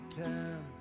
time